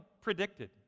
predicted